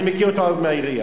אני מכיר אותה עוד מהעירייה.